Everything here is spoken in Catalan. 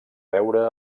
veure